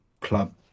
club